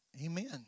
Amen